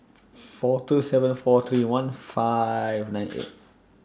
four two seven four twenty one five nine eight